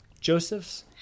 Joseph's